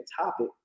topic